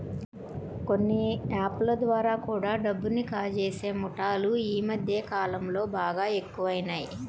కొన్ని యాప్ ల ద్వారా కూడా డబ్బుని కాజేసే ముఠాలు యీ మద్దె కాలంలో బాగా ఎక్కువయినియ్